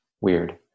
weird